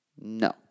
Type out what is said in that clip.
No